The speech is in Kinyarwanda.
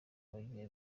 bagiye